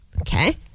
okay